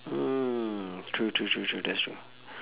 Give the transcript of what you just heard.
mm true true true true that's true